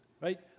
right